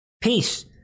peace